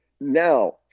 now